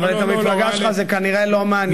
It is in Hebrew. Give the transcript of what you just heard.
אבל את המפלגה שלך זה כנראה לא מעניין.